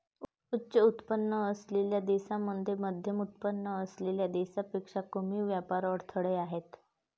उच्च उत्पन्न असलेल्या देशांमध्ये मध्यमउत्पन्न असलेल्या देशांपेक्षा कमी व्यापार अडथळे आहेत